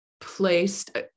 placed